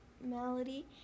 Melody